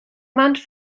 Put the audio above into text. mans